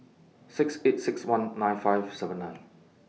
six eight six one nine five seven nine